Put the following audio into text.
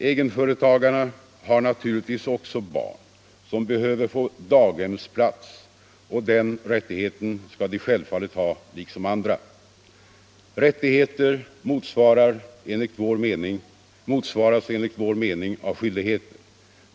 Egenföretagarna har naturligtvis också barn som behöver få daghemsplats och den rättigheten skall de självfallet ha liksom andra. Rättigheter motsvaras enligt vår mening av skyldigheter.